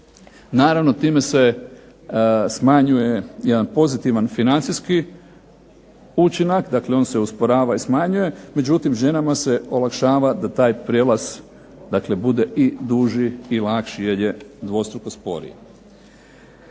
Naravno time se smanjuje jedan pozitivan financijski učinak. Dakle, on se usporava i smanjuje, međutim ženama se olakšava da taj prijelaz bude i duži i lakši jer je dvostruko sporiji.